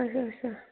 آچھا آچھا